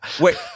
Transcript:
Wait